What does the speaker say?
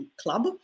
Club